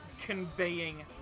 conveying